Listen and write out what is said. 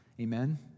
Amen